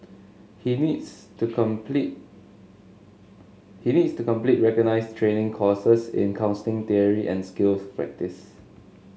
he needs to complete he needs to complete recognised training courses in counselling theory and skills practice